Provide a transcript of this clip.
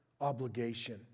obligation